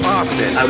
Austin